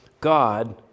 God